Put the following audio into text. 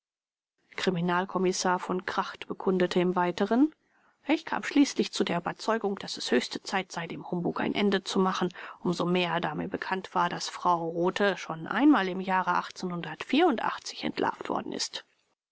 kriminalkommissar v kracht bekundete im weiteren ich kam schließlich zu der überzeugung daß es höchste zeit sei dem humbug ein ende zu machen um so mehr da mir bekannt war daß frau rothe schon einmal im jahre entlarvt worden ist